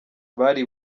bari